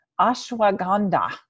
Ashwagandha